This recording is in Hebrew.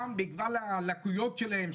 גם בגלל הלקויות שלהם,